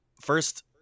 first